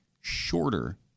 shorter